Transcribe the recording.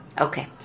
Okay